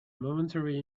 momentary